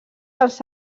els